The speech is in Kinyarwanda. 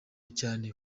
cyane